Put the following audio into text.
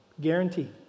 Guarantee